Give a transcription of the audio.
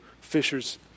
fishers